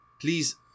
Please